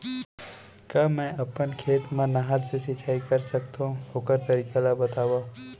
का मै ह अपन खेत मा नहर से सिंचाई कर सकथो, ओखर तरीका ला बतावव?